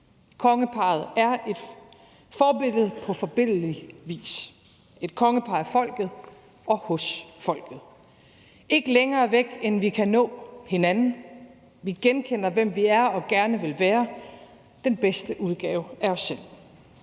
Kongeparret er et forbillede på forbilledlig vis. Det er et kongepar af folket og hos folket, ikke længere væk, end at vi kan nå hinanden. Vi genkender, hvem vi er og gerne vil være – den bedste udgave af os selv.